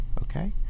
Okay